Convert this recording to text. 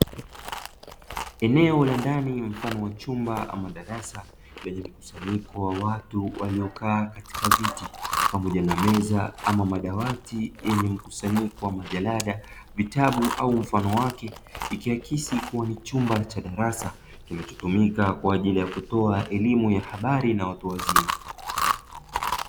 Eneo la ndani mfano wa chumba ama darasa lenye mkusanyiko wa watu waliokaa katika viti pamoja na meza ama madawati yenye mkusanyiko wa majarada, vitabu au mfano wake, ikiakisi kuwa ni chumba cha darasa kinachotumika kwa ajili ya kutoa elimu ya habari na watu wazima.